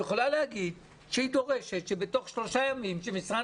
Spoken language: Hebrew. היא יכולה להגיד שהיא דורשת שבתוך שלושה ימים שמשרד